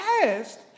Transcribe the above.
past